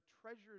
treasures